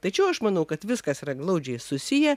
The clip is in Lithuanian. tačiau aš manau kad viskas yra glaudžiai susiję